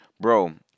Bro